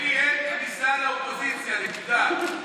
אלי, אין כניסה לאופוזיציה, נקודה.